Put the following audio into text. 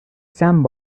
چند